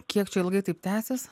kiek čia ilgai taip tęsis